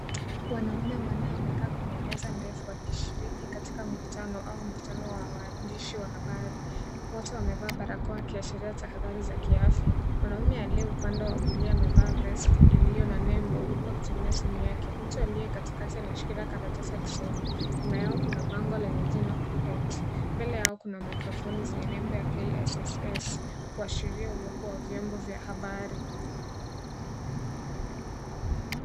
Wanaume wa nne wamekaa kwenye meza ndefu wakishiriki katika mkutano au mkutano wa waandishi wa habari ,wote wamevaa barakoa wakiashiria tahadhari za kiafya ,mwanaume aliye upande wa kulia amevaa vesti iliyo na nembo huko akitumia simu yake mtu aliye katikati ameshikilia karatasi akisoma nyuma yangu kuna bango lenye jina KUPPET ,mbele yao kuna microphone zenye nembo ya KSS kuashiria uwepo wa vyombo vya habari.